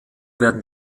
werden